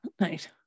Nice